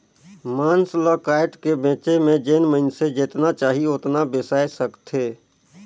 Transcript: मांस ल कायट के बेचे में जेन मइनसे जेतना चाही ओतना बेसाय सकथे